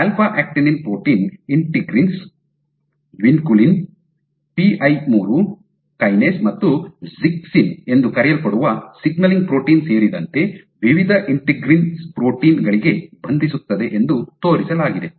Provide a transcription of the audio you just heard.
alpha actinin alpha protein integrins vinculin PI ಮೂರು kinase ಮತ್ತು zyxin ಎಂದು ಕರೆಯಲ್ಪಡುವ ಸಿಗ್ನಲಿಂಗ್ ಪ್ರೋಟೀನ್ ಸೇರಿದಂತೆ ವಿವಿಧ ಇಂಟಿಗ್ರಿನ್ಸ್ ಪ್ರೋಟೀನ್ ಗಳಿಗೆ ಬಂಧಿಸುತ್ತದೆ ಎಂದು ತೋರಿಸಲಾಗಿದೆ